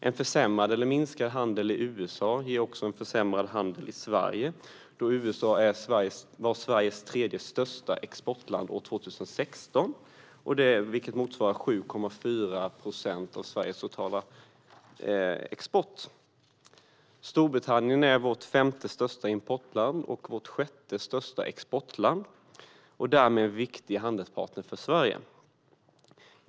En försämrad eller minskad handel i USA ger också en försämrad handel i Sverige, då USA var Sveriges tredje största exportland 2016 med en andel som motsvarar 7,4 procent av Sveriges totala export. Storbritannien är vårt femte största importland och vårt sjätte största exportland och därmed en viktig handelspartner för Sverige.